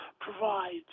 provides